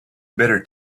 bitter